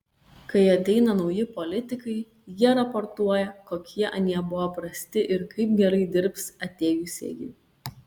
kai ateina nauji politikai jie raportuoja kokie anie buvo prasti ir kaip gerai dirbs atėjusieji